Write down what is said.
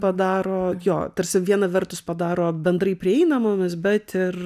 padaro jo tarsi viena vertus padaro bendrai prieinamomis bet ir